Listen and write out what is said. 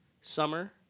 summer